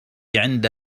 عند